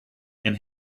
and